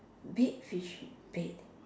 Dick is dead